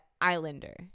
Islander